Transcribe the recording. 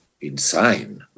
insane